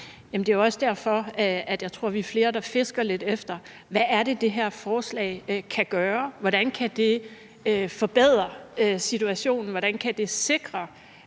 Det er jo også derfor, tror jeg, vi er flere, der fisker lidt efter, hvad det er, det her forslag kan gøre. Hvordan kan det forbedre situationen? Hvordan kan det sikre,